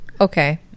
okay